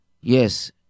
Yes